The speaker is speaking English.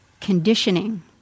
conditioning